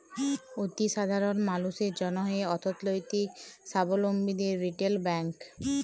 অতি সাধারল মালুসের জ্যনহে অথ্থলৈতিক সাবলম্বীদের রিটেল ব্যাংক